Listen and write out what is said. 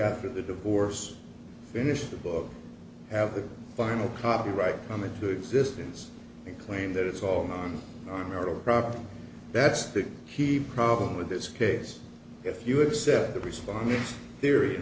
after the divorce finished the book have the final copyright come into existence and claim that it's all on our marital property that's the key problem with this case if you accept the responding theory in